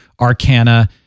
Arcana